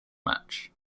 match